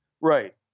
Right